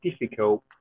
difficult